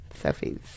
Sophie's